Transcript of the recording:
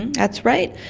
and that's right.